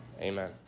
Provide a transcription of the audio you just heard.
amen